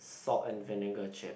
salt and vinegar chip